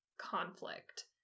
conflict